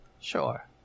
Sure